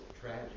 tragic